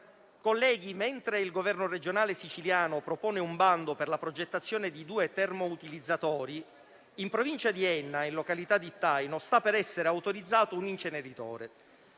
colleghi, mentre il governo regionale siciliano propone un bando per la progettazione di due termoutilizzatori, in provincia di Enna, in località Dittaino, sta per essere autorizzato un inceneritore.